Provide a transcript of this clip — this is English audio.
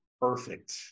perfect